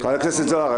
חבר הכנסת זוהר,